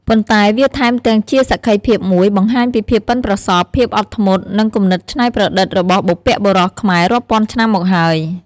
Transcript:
ប៉ុន្តែវាថែមទាំងជាសក្ខីភាពមួយបង្ហាញពីភាពប៉ិនប្រសប់ ភាពអត់ធ្មត់ និងគំនិតច្នៃប្រឌិតរបស់បុព្វបុរសខ្មែររាប់ពាន់ឆ្នាំមកហើយ។